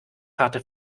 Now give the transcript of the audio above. karte